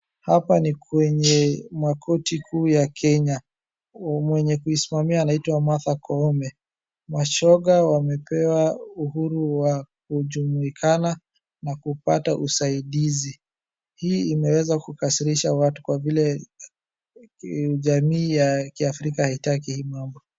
Hapa ni kwenye makoti kuu ya Kenya. Mwenye kuismamia anaitwa Martha Koome. Mashoga wamepewa uhuru wa kujumuikana na kupata usaidizi. Hii imeweza kukasirisha watu kwa vile jamii ya ki Afrika haitaki hii mambo.